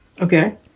Okay